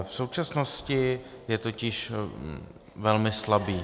V současnosti je totiž velmi slabý.